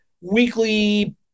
weekly